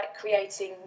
creating